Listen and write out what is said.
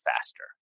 faster